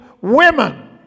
women